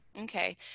Okay